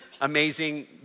amazing